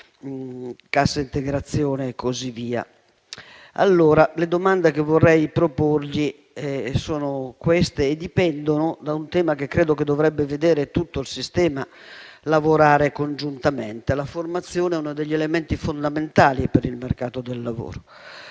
Le domande che vorrei porle dipendono da un tema che credo dovrebbe vedere tutto il sistema lavorare congiuntamente. La formazione è uno degli elementi fondamentali per il mercato del lavoro.